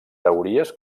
teories